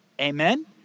Amen